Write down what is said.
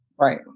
Right